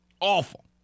Awful